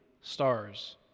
stars